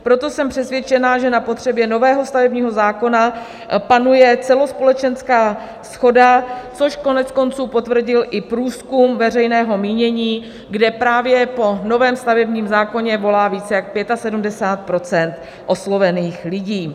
Proto jsem přesvědčena, že na potřebě nového stavebního zákona panuje celospolečenská shoda, což koneckonců potvrdil i průzkum veřejného mínění, kde právě po novém stavebním zákoně volá více než 75 % oslovených lidí.